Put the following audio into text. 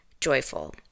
joyful